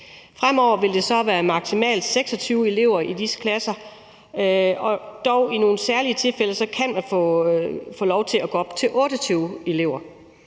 Fremover vil der så være maksimalt 26 elever i disse klasser; dog kan man i særlige tilfælde få lov til at gå op til 28 elever.